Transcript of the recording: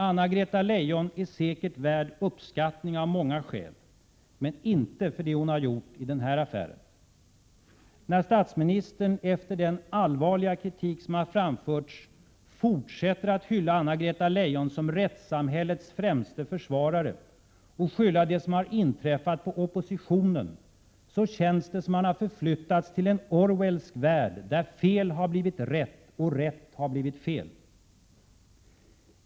Anna-Greta Leijon är säkert värd uppskattning av många skäl, men inte för det hon har gjort i denna affär. När statsministern efter den allvarliga kritik som framförts fortsätter att hylla Anna-Greta Leijon som rättssamhällets främste försvarare och skylla det som inträffat på oppositionen, känns det som om man förflyttats till en Orwellsk värld, där fel har blivit rätt och rätt har blivit fel.